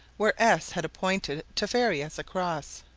where s had appointed to ferry us across.